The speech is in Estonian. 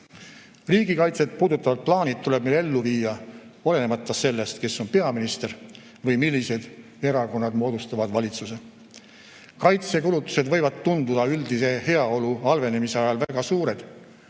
Riigikaitset puudutavad plaanid tuleb meil ellu viia olenemata sellest, kes on peaminister või millised erakonnad moodustavad valitsuse. Kaitsekulutused võivad tunduda üldise heaolu halvenemise ajal väga suured,